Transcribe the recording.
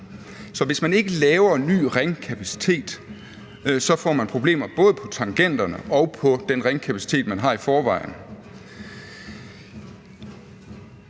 Så hvis man ikke laver ny ringkapacitet, får man problemer, både på tangenterne og på den ringkapacitet, man har i forvejen.